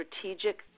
strategic